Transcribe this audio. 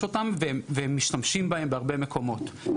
אותם והם אכן משתמשים בהם בהרבה מקומות.